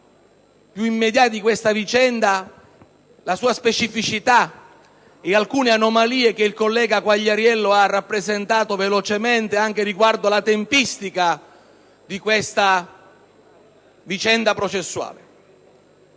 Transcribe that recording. più immediati di questa vicenda, la sua specificità e alcune anomalie, che il collega Quagliariello ha rappresentato velocemente, anche rispetto alla tempistica di questa vicenda processuale.